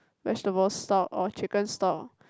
vegetables stock or chicken stock